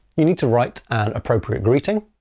you need to write an appropriate greeting,